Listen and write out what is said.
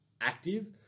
active